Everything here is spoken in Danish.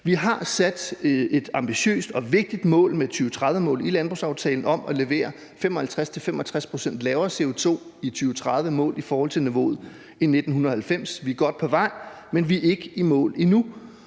Vi har sat et ambitiøst og vigtigt mål med 2030-målet i landbrugsaftalen om at levere 55-65 pct. mindre CO2 i 2030 målt i forhold til niveauet i 1990. Vi er godt på vej, men vi er ikke i mål endnu.